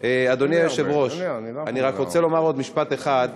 אדוני היושב-ראש, אני רק רוצה לומר עוד משפט אחד.